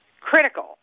critical